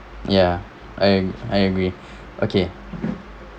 ya I I agree okay